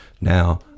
Now